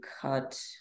cut